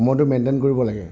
সময়টো মেইনটেইন কৰিব লাগে